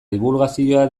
dibulgazioa